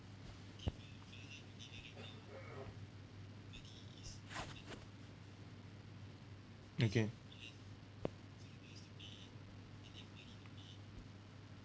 okay